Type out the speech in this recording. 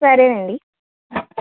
సరేనండి